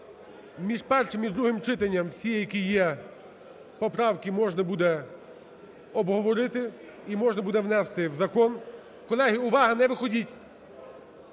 між першим і другим читанням всі, які є поправки, можна буде обговорити і можна буде внести в закон. Колеги, увага! Не виходьте!